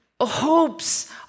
hopes